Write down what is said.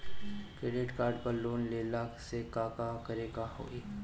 Credit card पर loan लेला से का का करे क होइ?